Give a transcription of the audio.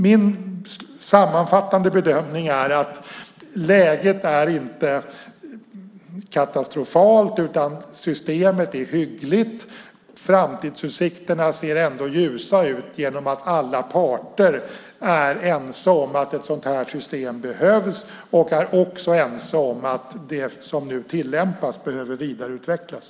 Min sammanfattande bedömning är att läget inte är katastrofalt. Systemet är hyggligt. Framtidsutsikterna ser ljusa ut genom att alla parter är ense om att ett sådant här system behövs. Man är också ense om att det som nu tillämpas behöver vidareutvecklas.